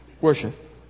worship